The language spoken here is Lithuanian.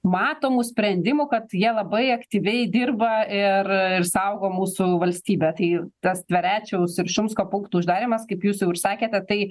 matomų sprendimų kad jie labai aktyviai dirba ir ir saugo mūsų valstybę tai tas tverečiaus ir šumsko punktų uždarymas kaip jūs jau ir sakteė tai